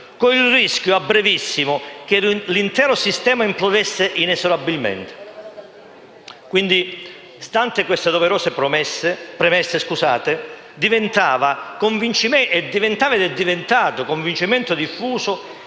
con il rischio, a brevissimo, che l'intero sistema implodesse inesorabilmente. Stanti queste doverose premesse, diventava ed è diventato convincimento diffuso